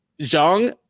Zhang